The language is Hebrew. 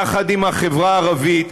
יחד עם החברה הערבית,